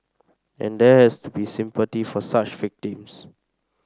and there has to be sympathy for such victims